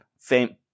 fame